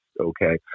Okay